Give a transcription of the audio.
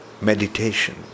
meditation